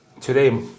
today